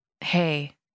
hey